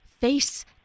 face